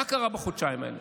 מה קרה בחודשיים האלה?